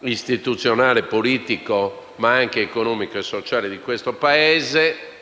istituzionale, politico, economico e sociale di questo Paese,